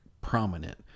prominent